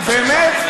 באמת.